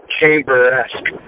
chamber-esque